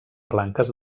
blanques